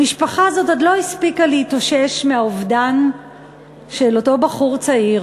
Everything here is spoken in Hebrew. המשפחה הזאת עוד לא הספיקה להתאושש מהאובדן של אותו בחור צעיר,